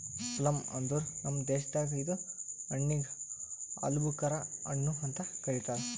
plum ಅಂದುರ್ ನಮ್ ದೇಶದಾಗ್ ಇದು ಹಣ್ಣಿಗ್ ಆಲೂಬುಕರಾ ಹಣ್ಣು ಅಂತ್ ಕರಿತಾರ್